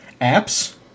Apps